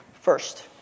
First